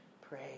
pray